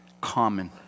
common